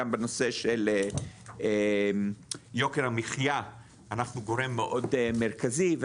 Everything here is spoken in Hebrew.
גם בנושא של יוקר המחייה אנחנו גורם מאוד מרכזי.